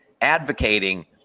advocating